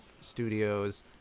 studios